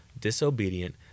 disobedient